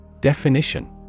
Definition